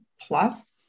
plus